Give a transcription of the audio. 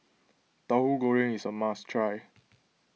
Tahu Goreng is a must try